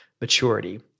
maturity